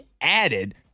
added